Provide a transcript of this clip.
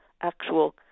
actual